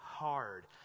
Hard